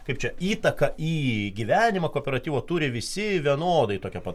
kaip čia įtaką į gyvenimą kooperatyvo turi visi vienodai tokią pat